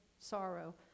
sorrow